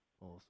Awesome